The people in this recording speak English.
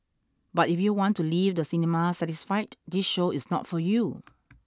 but if you want to leave the cinema satisfied this show is not for you